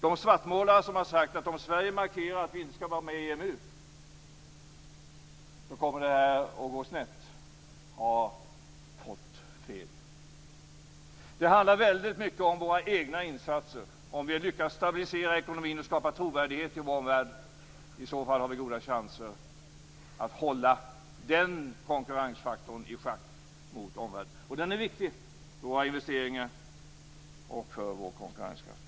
De svartmålare som har sagt att om Sverige markerar att vi inte skall vara med i EMU kommer det att gå snett har fått fel. Det handlar väldigt mycket om våra egna insatser, om vi lyckas stabilisera ekonomin och skapa trovärdighet i vår omvärld. I så fall har vi goda chanser att hålla den konkurrensfaktorn i schack mot omvärlden. Den är viktig för våra investeringar och för vår konkurrenskraft.